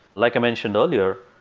like i mentioned earlier,